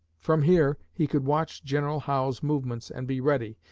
from here, he could watch general howe's movements and be ready,